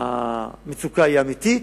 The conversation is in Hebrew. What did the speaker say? המצוקה אמיתית.